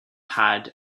pad